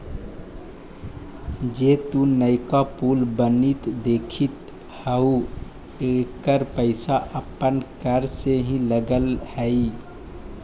जे तु नयका पुल बनित देखित हहूँ एकर पईसा अपन कर से ही लग हई